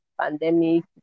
pandemic